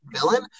villain